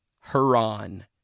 Haran